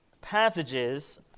passages